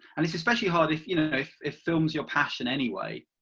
and it's especially hard, if you know if film is your passion, anyway,